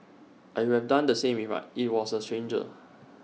I would have done the same IT was A stranger